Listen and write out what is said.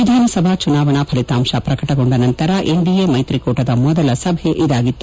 ವಿಧಾನಸಭಾ ಚುನಾವಣಾ ಫಲಿತಾಂಶ ಪ್ರಕಟಗೊಂಡ ನಂತರ ಎನ್ ಡಿಎ ಮೈತ್ರಿ ಕೂಟದ ಮೊದಲ ಸಭೆ ಇದಾಗಿದೆ